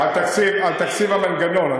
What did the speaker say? תקציב המנגנון.